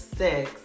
six